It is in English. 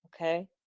okay